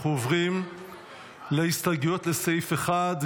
אנחנו עוברים להסתייגויות לסעיף 1,